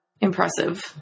impressive